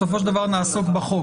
בסופו של דבר נעסוק בחוק.